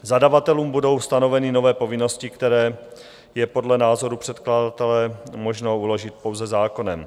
Zadavatelům budou stanoveny nové povinnosti, které je podle názoru předkladatele možno uložit pouze zákonem.